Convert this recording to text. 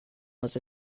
was